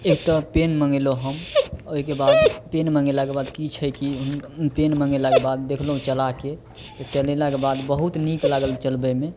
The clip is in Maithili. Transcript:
एकटा पेन मँगेलहुँ हम ओहिके बाद पेन मँगेलाके बाद कि छै कि पेन मँगेलाके बाद देखलहुँ चलाके तऽ चलेलाके बाद बहुत नीक लागल चलबैमे